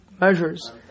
Measures